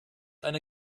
eine